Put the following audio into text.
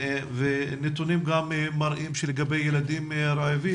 והנתונים גם מראים שלגבי ילדים רעבים